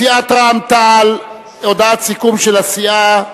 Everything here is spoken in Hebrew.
סיעת רע"ם-תע"ל, הודעת סיכום של הסיעה,